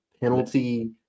penalty